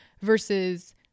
versus